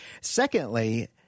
Secondly